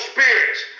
spirits